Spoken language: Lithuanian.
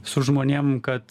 su žmonėm kad